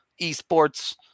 esports